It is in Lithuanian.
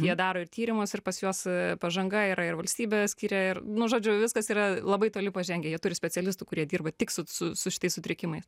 jie daro ir tyrimus ir pas juos pažanga yra ir valstybė skiria ir nu žodžiu viskas yra labai toli pažengę jie turi specialistų kurie dirba tik su su su šitais sutrikimais